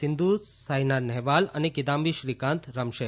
સિંધુ સવિના નહેવાલ અને કીદામ્બી શ્રીકાંત રમશે